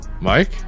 Mike